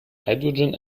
hydrogen